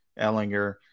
Ellinger